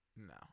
No